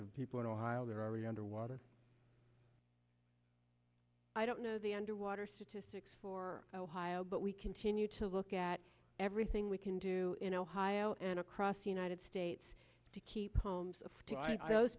of people in ohio they're already underwater i don't know the underwater statistics for a while but we continue to look at everything we can do in ohio and across the united states to keep homes of those